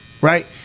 Right